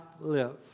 live